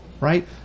Right